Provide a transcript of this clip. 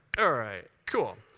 ah right, cool.